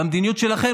במדיניות שלכם,